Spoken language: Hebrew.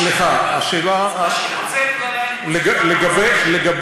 סליחה, השאלה, זו לא השאלה, לגבי